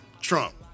Trump